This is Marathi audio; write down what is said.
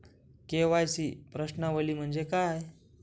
के.वाय.सी प्रश्नावली म्हणजे काय?